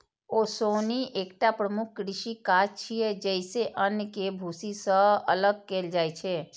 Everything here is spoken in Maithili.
ओसौनी एकटा प्रमुख कृषि काज छियै, जइसे अन्न कें भूसी सं अलग कैल जाइ छै